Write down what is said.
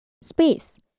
Space